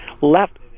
left